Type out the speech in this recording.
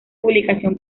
publicación